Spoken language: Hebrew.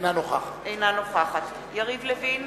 אינה נוכחת יריב לוין,